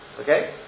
Okay